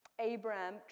Abraham